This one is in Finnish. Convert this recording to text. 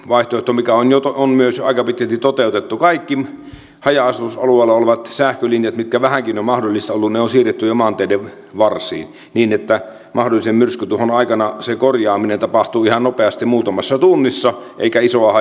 sitten toinen vaihtoehto joka on myös aika pitkälti toteutettu on se että kaikki haja asutusalueella olevat sähkölinjat on siirretty jo maanteiden varsiin jos vähänkin on mahdollista ollut niin että mahdollisen myrskytuhon aikana se korjaaminen tapahtuu ihan nopeasti muutamassa tunnissa eikä isoa haittaa synny